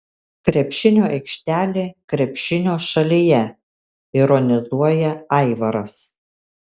krepšinio aikštelė krepšinio šalyje ironizuoja aivaras